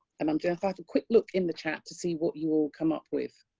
and i'm doing faster quick look in the chat to see what you will come up with.